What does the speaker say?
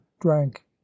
drank